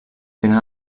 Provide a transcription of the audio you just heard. tenen